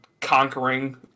conquering